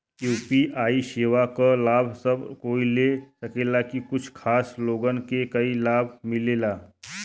UPI सेवा क लाभ सब कोई ले सकेला की कुछ खास लोगन के ई लाभ मिलेला?